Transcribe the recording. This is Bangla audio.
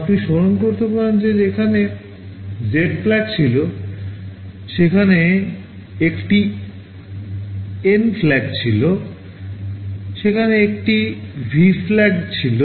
আপনি স্মরণ করতে পারেন যে সেখানে জেড FLAG ছিল সেখানে একটি এন FLAG ছিল সেখানে একটি ভি FLAG ছিল